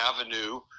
Avenue